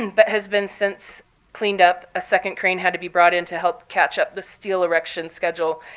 and but has been since cleaned up. a second crane had to be brought in to help catch up the steel erection schedule,